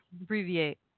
Abbreviate